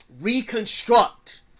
reconstruct